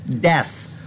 death